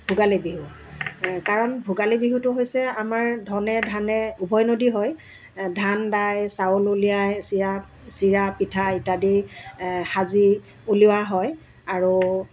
ভোগালী বিহু কাৰণ ভোগালী বিহুটো হৈছে আমাৰ ধনে ধানে উভৈনদী হয় ধান দাই চাউল উলিয়াই চিৰা চিৰা পিঠা ইত্যাদি সাজি উলিওৱা হয় আৰু